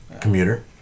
Commuter